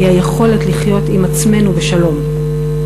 היא היכולת לחיות בשלום עם עצמנו.